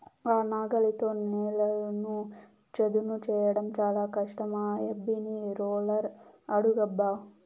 ఆ నాగలితో నేలను చదును చేయడం చాలా కష్టం ఆ యబ్బని రోలర్ అడుగబ్బా